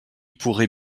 pourrait